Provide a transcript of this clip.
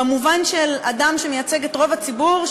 במובן של אדם שמייצג את רוב הציבור,